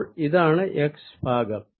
അപ്പോൾ ഇതാണ് x ഭാഗം